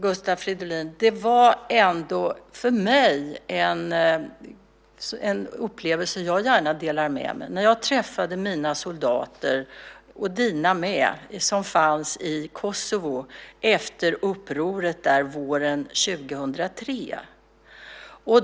Gustav Fridolin, det var ändå för mig en upplevelse jag gärna delar med mig när jag träffade mina soldater - dina med - som fanns i Kosovo efter upproret där våren 2003.